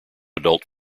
adult